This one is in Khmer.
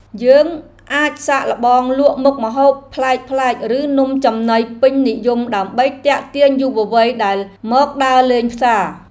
យើងអាចសាកល្បងលក់មុខម្ហូបប្លែកៗឬនំចំណីពេញនិយមដើម្បីទាក់ទាញយុវវ័យដែលមកដើរលេងផ្សារ។